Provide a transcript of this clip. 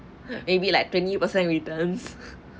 maybe like twenty percent return